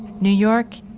new york,